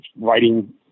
writing